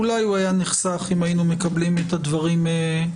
אולי הוא היה נחסך אם היינו מקבלים את הדברים מראש,